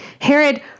Herod